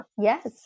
Yes